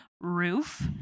roof